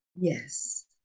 yes